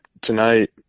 tonight